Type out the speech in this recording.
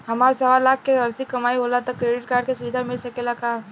हमार सवालाख के वार्षिक कमाई होला त क्रेडिट कार्ड के सुविधा मिल सकेला का?